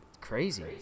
Crazy